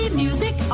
music